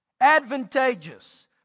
advantageous